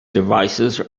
devices